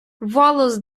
волос